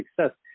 success